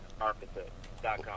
architect.com